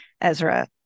Ezra